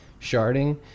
sharding